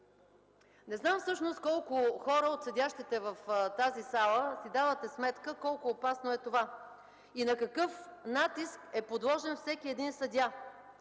Не знам всъщност колко хора от седящите в тази зала си давате сметка колко опасно е това и на какъв натиск е подложен всеки един съдия,